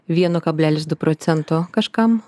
vieno kablelis du procento kažkam